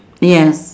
ya